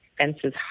Fences